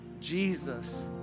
Jesus